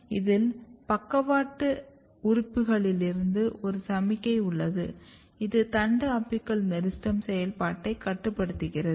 இதில் பக்கவாட்டு உறுப்புகளிலிருந்து ஒரு சமிக்ஞை உள்ளது இது தண்டு அபிக்கல் மெரிஸ்டெம் செயல்பாட்டைக் கட்டுப்படுத்துகிறது